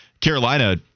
Carolina –